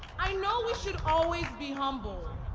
i know we should always be humble.